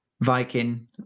Viking